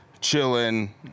chilling